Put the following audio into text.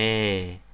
a